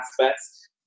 aspects